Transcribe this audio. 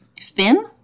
Fin